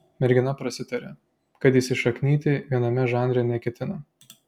mergina prasitarė kad įsišaknyti viename žanre neketina